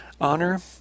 Honor